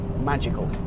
magical